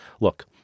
Look